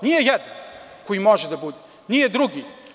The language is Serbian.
Nije jedan koji može da bude, nije drugi.